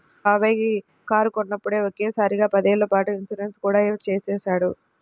మా బాబాయి కారు కొన్నప్పుడే ఒకే సారిగా పదేళ్ళ పాటు ఇన్సూరెన్సు కూడా చేసేశాడు